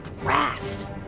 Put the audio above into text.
brass